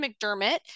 McDermott